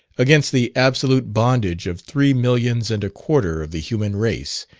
against the absolute bondage of three millions and a quarter of the human race,